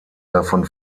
davon